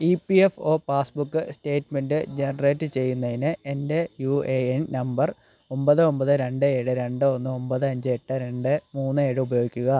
E P F O passbook statement generate ചെയ്യുന്നതിന് എൻ്റെ U A N number ഒമ്പത് ഒമ്പത് രണ്ട് ഏഴ് രണ്ട് ഒന്ന് ഒമ്പത് അഞ്ച് എട്ട് രണ്ട് മൂന്ന് ഏഴ് ഉപയോഗിക്കുക